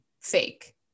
fake